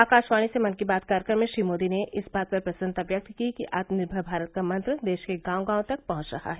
आकाशवाणी से मन की बात कार्यक्रम में श्री मोदी ने इस बात पर प्रसन्नता व्यक्त की कि आत्मनिर्नर भारत का मंत्र देश के गांव गांव तक पहुंच रहा है